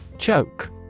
Choke